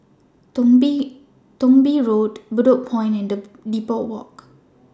Thong Bee Road Bedok Point and Depot Walk